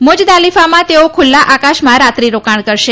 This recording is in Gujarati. મુજ દાલિફામાં તેઓ ખુલ્લા આકાશમાં રાત્રી રોકાણ કરશે